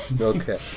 Okay